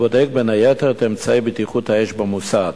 הבודק בין היתר את אמצעי בטיחות האש במוסד.